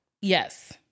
Yes